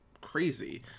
crazy